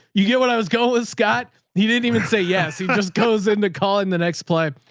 you get what i was going with scott. he didn't even say yes. he just goes into calling the next play.